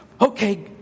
okay